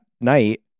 night